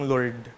Lord